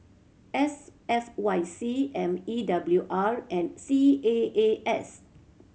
S F Y C M E W R and C A A S